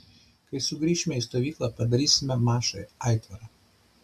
kai sugrįšime į stovyklą padarysime mašai aitvarą